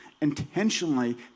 intentionally